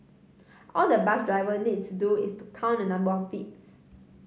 all the bus driver needs to do is to count the number of beeps